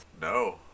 No